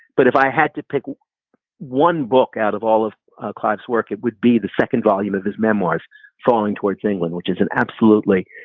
but if i had to pick one book out of all of clive's work, it would be the second volume of his memoirs falling towards england, which is an absolutely